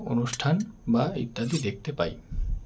অনুষ্ঠান বা ইত্যাদি দেখতে পাই